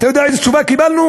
אתה יודע איזו תשובה קיבלנו?